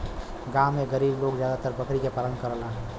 गांव में गरीब लोग जादातर बकरी क पालन करलन